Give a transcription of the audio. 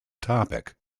topic